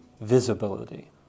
visibility